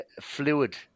fluid